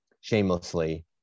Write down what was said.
shamelessly